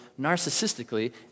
narcissistically